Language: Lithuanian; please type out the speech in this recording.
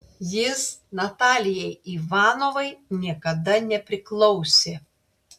jis natalijai ivanovai niekada nepriklausė